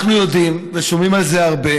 אנחנו יודעים, ושומעים על זה הרבה,